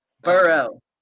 Burrow